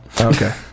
Okay